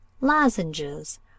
lozenges